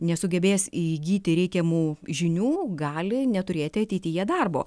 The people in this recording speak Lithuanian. nesugebės įgyti reikiamų žinių gali neturėti ateityje darbo